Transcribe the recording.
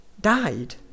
died